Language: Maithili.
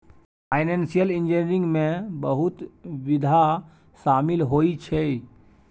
फाइनेंशियल इंजीनियरिंग में बहुते विधा शामिल होइ छै